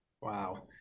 Wow